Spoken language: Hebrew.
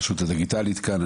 הרשות הדיגיטלית כאן.